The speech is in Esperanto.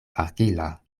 argila